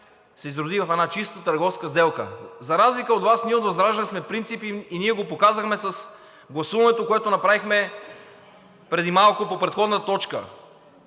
се изроди в една чисто търговска сделка. За разлика от Вас ние от ВЪЗРАЖДАНЕ сме принципни и ние го показахме с гласуването, което направихме преди малко по предходната точка.